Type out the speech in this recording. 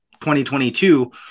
2022